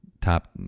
Top